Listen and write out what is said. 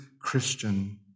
Christian